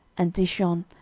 and dishon,